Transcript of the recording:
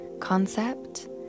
concept